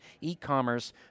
e-commerce